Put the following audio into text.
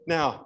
Now